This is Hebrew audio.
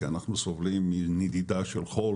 כי אנחנו סובלים מנדידה של חול,